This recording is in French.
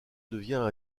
devient